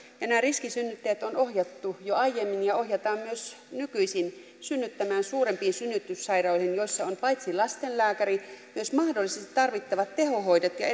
ja nämä riskisynnyttäjät on ohjattu jo aiemmin ja ohjataan myös nykyisin synnyttämään suurempiin synnytyssairaaloihin joissa on paitsi lastenlääkärit myös mahdollisesti tarvittavat tehohoidot ja